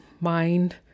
mind